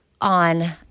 on